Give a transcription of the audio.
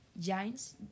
Giants